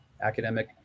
academic